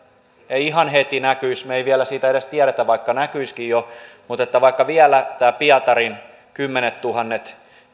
ei ihan heti näkyisi me emme vielä siitä edes tiedä vaikka näkyisikin jo on että vaikka vielä nämä pietarin kymmenettuhannet